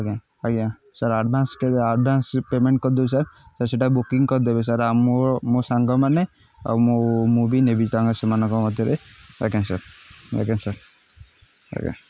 ଆଜ୍ଞା ଆଜ୍ଞା sir advance advance payment କରିଦଉଛି ସାର୍ ସାର୍ ସେଇଟା ବୁକିଂ କରିଦେବେ ସାର୍ ଆଉ ମୋ ମୋ ସାଙ୍ଗମାନେ ଆଉ ମୁଁ ମୁଁ ବି ନେବି ତାଙ୍କ ସେମାନଙ୍କ ମଧ୍ୟରେ ଆଜ୍ଞା ସାର୍ ଆଜ୍ଞା ସାର୍ ଆଜ୍ଞା